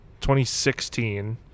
2016